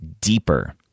deeper